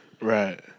Right